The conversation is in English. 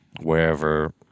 wherever